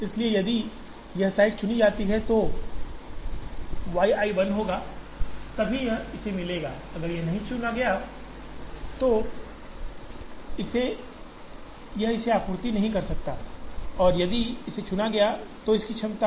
इसलिए यदि यह साइट चुनी जाती है तो y i 1 होगा तभी यह इस से मिलेगा अगर यह नहीं चुना गया है तो यह इसे आपूर्ति नहीं कर सकता है और यदि इसे चुना जाता है तो इसकी क्षमता C i y i है